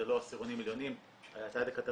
חד משמעית זה לא עשירונים עליונים.